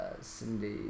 Cindy